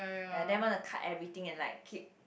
ya then want to cut everything and like keepn